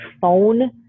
phone